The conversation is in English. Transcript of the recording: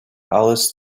alice